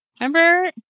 remember